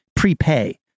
prepay